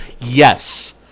Yes